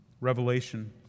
Revelation